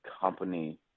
company